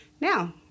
Now